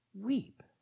weep